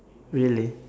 really